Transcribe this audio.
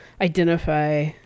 identify